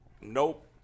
Nope